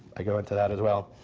i go into that as well.